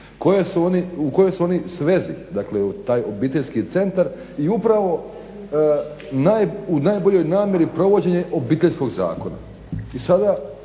U kojoj su oni svezi, dakle taj obiteljski centar i upravo u najboljoj namjeri provođenje Obiteljskog zakona. I sada